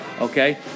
Okay